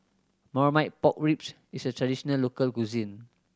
Marmite Pork Ribs is a traditional local cuisine